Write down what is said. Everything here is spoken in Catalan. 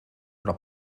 però